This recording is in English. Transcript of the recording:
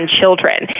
children